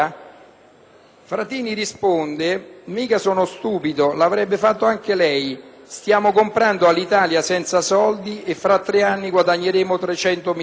Fratini risponde: «Mica sono stupido: l'avrebbe fatto anche lei! Stiamo comprando l'Alitalia senza soldi e fra tre anni guadagneremo 300 milioni.